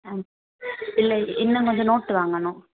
ஆ இல்லை இன்னும் கொஞ்சம் நோட்டு வாங்கணும்